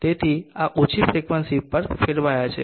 તેથી આ ઓછી ફ્રિકવન્સી પર ફેરવાયા છે